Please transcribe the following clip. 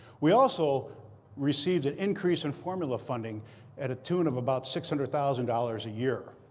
we also received an increase in formula funding at a tune of about six hundred thousand dollars a year.